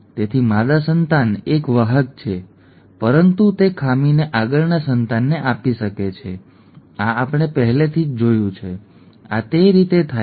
તેથી માદા સંતાન એક વાહક છે અસર કરતું નથી પરંતુ તે ખામીને આગળના સંતાનને આપી શકે છે આ આપણે પહેલેથી જ જોયું છે ઠીક છે આ તે રીતે થાય છે